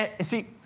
See